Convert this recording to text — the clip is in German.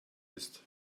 ist